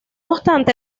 obstante